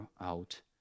out